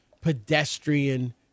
pedestrian